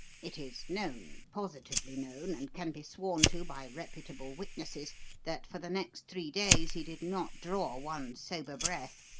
it is known positively known, and can be sworn to by reputable witnesses that for the next three days he did not draw one sober breath.